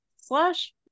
slash